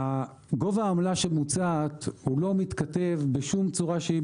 גובה העמלה שמוצעת הוא אינו מתכתב בשום צורה שהיא,